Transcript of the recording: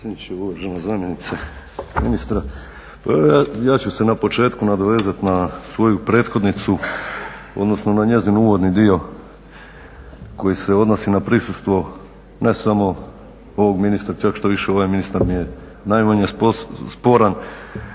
uvažena zamjenice ministra. Pa evo ja ću se na početku nadovezati na svoju prethodnicu, odnosno na njezin uvodni dio koji se odnosi na prisustvo ne samo ovog ministra. Čak štoviše ovaj ministar mi je najmanje sporan,